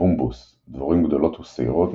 בומבוס – דבורים גדולות ושעירות,